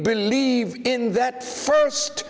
believe in that first